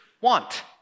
want